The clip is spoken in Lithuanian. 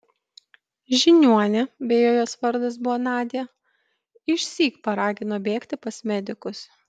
žiniuonė beje jos vardas buvo nadia išsyk paragino bėgti pas medikus